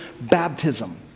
baptism